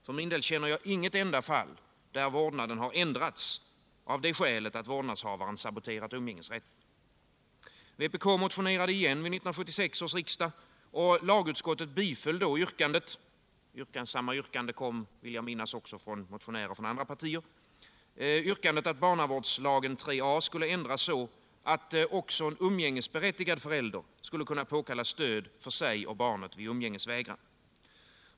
För min del känner jag inget enda fall där vårdnaden ändrats av det skälet att vårdnadshavaren har saboterat umgängesrätten. Vpk motionerade igen vid 1976 års riksdag och lagutskottet biföll då yrkandet — samma yrkande kom också, vill jag minnas, från motionärer från andra partier — att barnavårdslagens 3a§ skulle ändras så att också en umgängesberättigad förälder skulle kunna påkalla stöd för sig och barnet vid umgängesvägran.